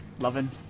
loving